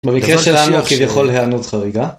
במקרה שלנו כביכול היה העינות חריגה